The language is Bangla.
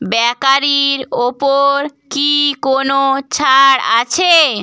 বেকারির ওপর কি কোনও ছাড় আছে